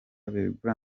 begura